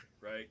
right